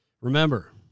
Remember